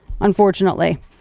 unfortunately